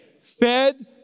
fed